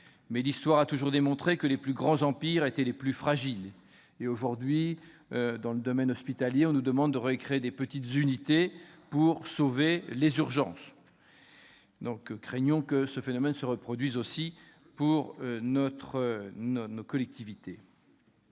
mais l'histoire a toujours démontré que les plus grands empires étaient les plus fragiles ! D'ailleurs, dans le domaine hospitalier, on nous demande aujourd'hui de recréer de petites unités pour sauver les urgences. Craignons que cet affaiblissement ne se produise aussi pour nos collectivités.